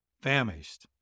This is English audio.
famished